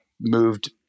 moved